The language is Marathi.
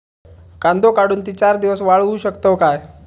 कांदो काढुन ती चार दिवस वाळऊ शकतव काय?